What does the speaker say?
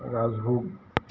ৰাজভোগ